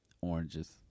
Oranges